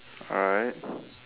alright